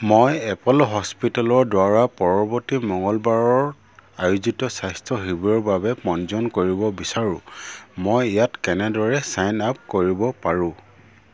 মই এপল' হস্পিটেলৰদ্বাৰা পৰৱৰ্তী মঙলবাৰত আয়োজিত স্বাস্থ্য শিবিৰৰ বাবে পঞ্জীয়ন কৰিব বিচাৰোঁ মই ইয়াত কেনেদৰে ছাইনআপ কৰিব পাৰোঁ